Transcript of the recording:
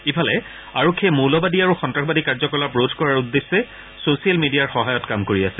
ইফালে আৰক্ষীয়ে মৌলবাদী আৰু সন্নাসবাদী কাৰ্যকলাপ ৰোধ কৰাৰ উদ্দেশ্যে চছিয়েল মিডিয়া সহায়ত কাম কৰি আছে